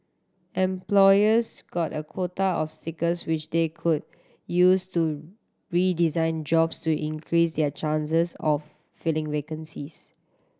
employers got a quota of stickers which they could use to redesign jobs to increase their chances of filling vacancies